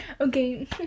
okay